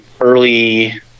early